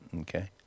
okay